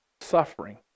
suffering